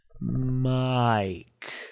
Mike